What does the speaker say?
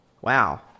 Wow